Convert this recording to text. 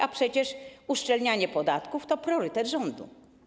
A przecież uszczelnianie podatków to priorytet rządu.